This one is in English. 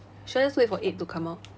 should I just wait for eight to come out